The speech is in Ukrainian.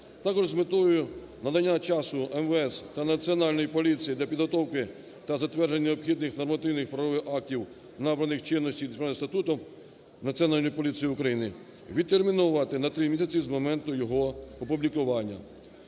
Також з метою надання часу МВС та Національній поліції для підготовки та затвердження необхідних нормативних правових актів набрання чинності Дисциплінарним статутом Національної поліції Українивідтермінувати на 3 місяці з моменту його опублікування.